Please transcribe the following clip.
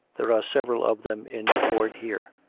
there are several of them in ward here,